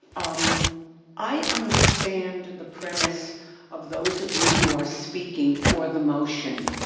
um i understand the premise of those of you who are speaking for the motion.